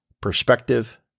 perspective